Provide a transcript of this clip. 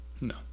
No